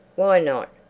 why not?